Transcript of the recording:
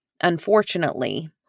Unfortunately